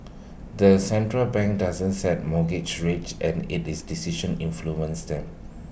the central bank doesn't set mortgage rates and IT is decisions influence them